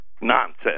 nonsense